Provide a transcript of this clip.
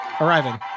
arriving